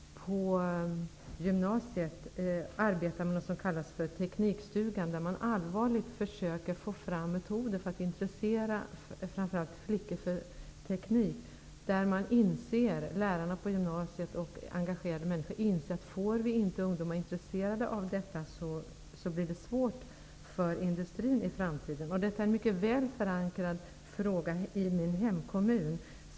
På gymnasiet där arbetar man med något som kallas Teknikstugan, där man allvarligt försöker få fram metoder för att intressera framför allt flickor för teknik. Lärarna på gymnasiet och engagerade människor inser att om vi inte får ungdomar intresserade av detta blir det svårt för industrin i framtiden. Detta är en mycket väl förankrad fråga i min hemkommun.